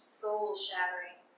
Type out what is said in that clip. soul-shattering